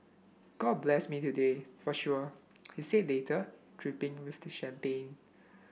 god blessed me today for sure he said later dripping with champagne